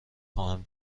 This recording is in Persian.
خواهم